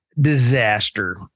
disaster